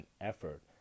effort